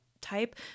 type